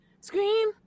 scream